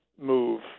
move